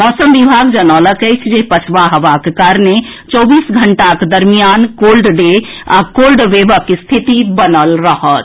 मौसम विभाग जनौलक अछि जे पछवा हवाक कारणे चौबीस घंटाक दरमियान कोल्ड डे आ कोल्ड वेव के स्थिति बनल रहत